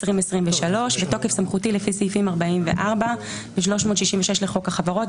התשפ"ג-2023 "בתוקף סמכותי לפי סעיפים 44-366 לחוק החברות,